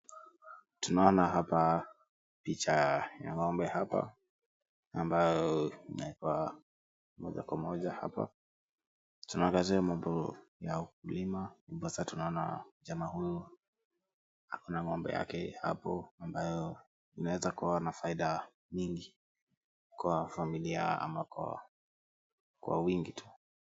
Tunaona hapa picha ya ng'ombe hapa ambayo imewekwa moja kwa moja hapa. Tunaangazia mambo ya ukulima ndiposa tunaona jama huyu ako na ng'ombe yake hapo ambayo inaeza kuwa na faida nyingi kwa familia ama kwa wingi tu.